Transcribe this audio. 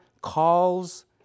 calls